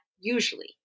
usually